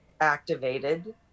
activated